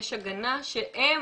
שהם,